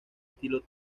estilo